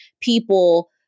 people